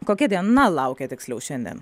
kokia diena laukia tiksliau šiandien